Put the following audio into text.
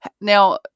Now